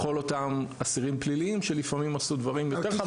לכל אותם אסירים פליליים שלפעמים עשו דברים יותר חמורים.